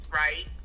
right